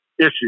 issue